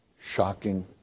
shocking